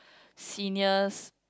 senior's